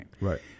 Right